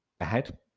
ahead